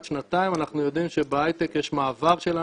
אנחנו יודעים שבהייטק יש מעבר של אנשים,